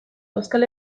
euskal